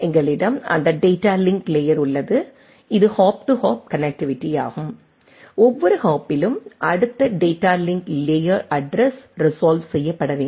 எங்களிடம் அந்த data link layer உள்ளது இது ஹாப் டு ஹாப் கனெக்ட்டிவிட்டியாகும் ஒவ்வொரு ஹாப்பிலும் அடுத்த data link layer address resolve செய்யப்பட வேண்டும்